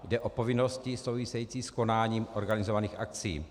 Jde o povinnosti související s konáním organizovaných akcí.